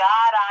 God